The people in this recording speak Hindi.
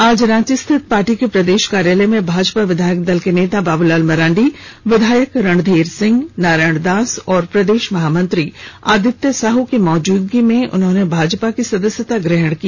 आज रांची स्थित पार्टी के प्रदेश कार्यालय में भाजपा विधायक दल के नेता बाबूलाल मरांडी विधायक रणधीर सिंह नारायण दास और प्रदेश महामंत्री आदित्य साहू की मौजूदगी में उन्होंने भाजपा की सदस्यता ग्रहण की